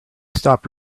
stop